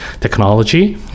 technology